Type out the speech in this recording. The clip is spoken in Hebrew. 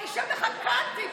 אני אשב לך כאן, טיבי.